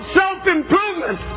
self-improvement